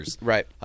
right